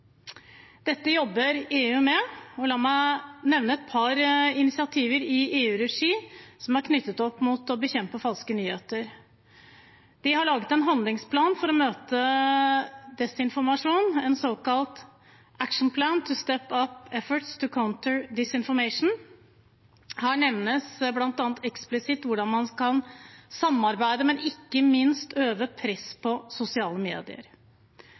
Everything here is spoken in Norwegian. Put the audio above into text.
Dette jobber EU med. Og la meg nevne et par initiativer i EU-regi, som er knyttet opp mot å bekjempe falske nyheter. De har laget en handlingsplan for å møte desinformasjon, en såkalt «action plan to step up efforts to counter disinformation». Her nevnes bl.a. eksplisitt hvordan man kan samarbeide og ikke minst øve press på sosiale medier.